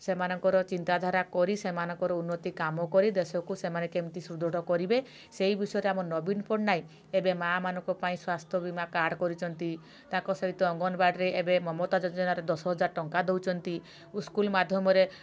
ସେମାନଙ୍କର ଚିନ୍ତାଧାରା କରି ସେମାନଙ୍କର ଉନ୍ନତି କାମ କରି ଦେଶକୁ ସେମାନେ କେମିତି ସୁଦୃଢ଼ କରିବେ ସେଇ ବିଷୟରେ ଆମ ନବୀନ ପଟ୍ଟନାୟକ ଏବେ ମାଁ ମାନଙ୍କ ପାଇଁ ସ୍ୱାସ୍ଥ୍ୟ ବିମା କାର୍ଡ଼ କରିଛନ୍ତି ତାଙ୍କ ସହିତ ଅଙ୍ଗନବାଡ଼ିରେ ଏବେ ମମତା ଯୋଜନାରେ ଦଶ ହଜାର ଟଙ୍କା ଦଉଛନ୍ତି ସ୍କୁଲ ମାଧ୍ୟମରେ